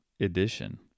edition